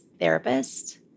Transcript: therapist